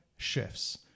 shifts